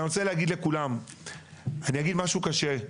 אני רוצה להגיד לכולם ואגיד משהו קשה: